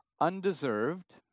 undeserved